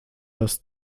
das